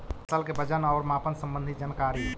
फसल के वजन और मापन संबंधी जनकारी?